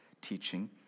teaching